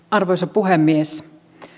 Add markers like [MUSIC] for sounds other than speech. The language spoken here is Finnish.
[UNINTELLIGIBLE] arvoisa puhemies